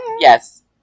Yes